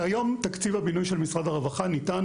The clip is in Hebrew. כיום תקציב הבינוי של משרד הרווחה ניתן